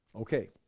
okay